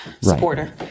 supporter